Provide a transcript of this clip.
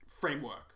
framework